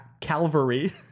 calvary